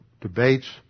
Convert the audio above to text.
debates